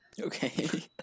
Okay